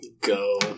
Go